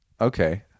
Okay